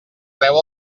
treu